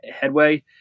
headway